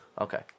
Okay